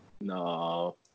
no